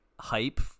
hype